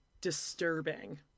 disturbing